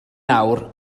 nawr